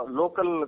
local